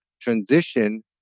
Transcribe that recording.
transition